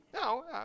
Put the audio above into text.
No